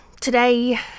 today